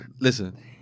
listen